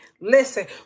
Listen